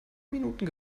minuten